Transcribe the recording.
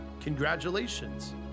congratulations